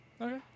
okay